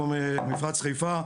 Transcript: כמו מפרץ חיפה,